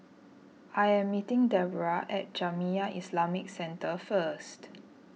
I am meeting Deborrah at Jamiyah Islamic Centre first